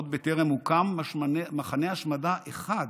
עוד בטרם הוקם מחנה השמדה אחד,